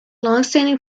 longstanding